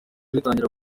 ritangira